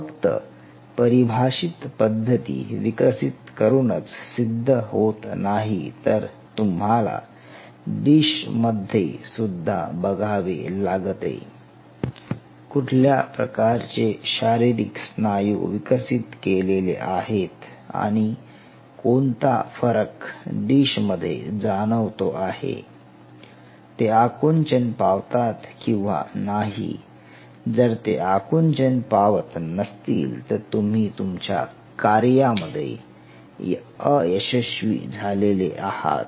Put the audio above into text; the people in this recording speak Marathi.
फक्त परिभाषित पद्धती विकसित करूनच सिद्ध होत नाही तर तुम्हाला डिश मध्ये सुद्धा बघावे लागते कुठल्या प्रकारचे शारीरिक स्नायू विकसित केलेले आहेत आणि कोणता फरक डिश मधे जाणवतो आहे ते आकुंचन पावतात की नाही जर ते आकुंचन पावत नसतील तर तुम्ही तुमच्या कार्यामध्ये अयशस्वी झालेले आहात